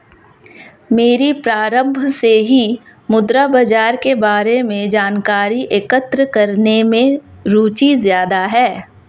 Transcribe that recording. मेरी प्रारम्भ से ही मुद्रा बाजार के बारे में जानकारी एकत्र करने में रुचि ज्यादा है